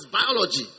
biology